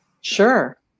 Sure